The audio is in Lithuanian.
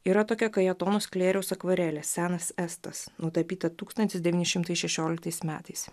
yra tokia kajetono sklėriaus akvarelė senas estas nutapyta tūkstantis devyni šimtai šešioliktais metais